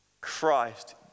Christ